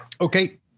Okay